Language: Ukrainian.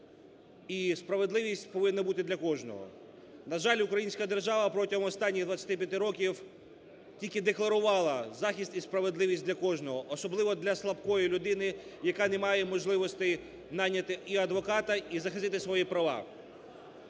і справедливість повинна бути для кожного. На жаль, українська держава протягом останніх 25 років тільки декларувала захист і справедливість для кожного, особливо для слабкої людини, яка не має можливостей найняти і адвоката, і захистити свої права.